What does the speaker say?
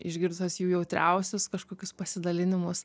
išgirdusios jų jautriausius kažkokius pasidalinimus